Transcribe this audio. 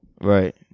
Right